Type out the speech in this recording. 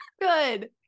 Good